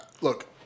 look